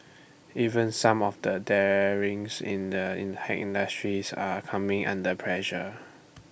even some of the darlings in the tech industry are coming under pressure